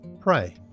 pray